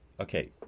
Okay